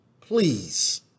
please